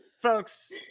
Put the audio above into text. Folks